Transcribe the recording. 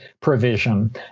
provision